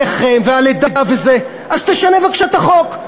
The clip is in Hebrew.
רחם והלידה, אז תשנה את החוק.